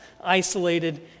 isolated